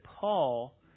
Paul